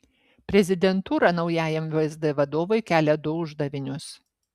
prezidentūra naujajam vsd vadovui kelia du uždavinius